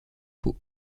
peau